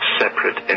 separate